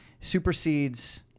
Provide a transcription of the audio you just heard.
supersedes